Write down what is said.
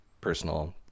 personal